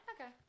Okay